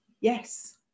Yes